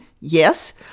yes